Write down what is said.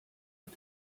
hat